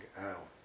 out